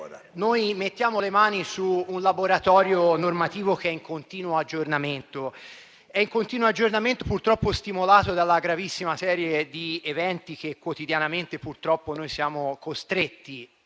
mettiamo le mani su un laboratorio normativo che è in continuo aggiornamento, purtroppo stimolato dalla gravissima serie di eventi che quotidianamente siamo costretti